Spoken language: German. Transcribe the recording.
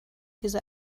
diese